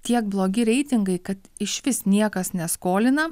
tiek blogi reitingai kad išvis niekas neskolina